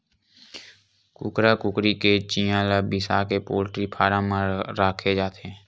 कुकरा कुकरी के चिंया ल बिसाके पोल्टी फारम म राखे जाथे